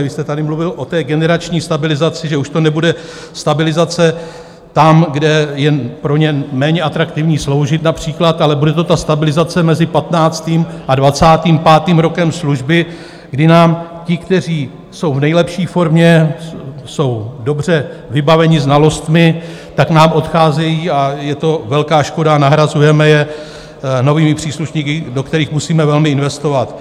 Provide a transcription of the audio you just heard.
Vy jste tady mluvil o generační stabilizaci, že už to nebude stabilizace tam, kde je pro ně méně atraktivní sloužit například, ale bude to ta stabilizace mezi 15. a 25. rokem služby, kdy nám ti, kteří jsou v nejlepší formě, jsou dobře vybaveni znalostmi, tak nám odcházejí, a je to velká škoda, nahrazujeme je novými příslušníky, do kterých musíme velmi investovat.